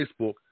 Facebook